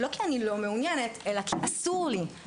לא כי אני לא מעוניינת אלא כי אסור לי.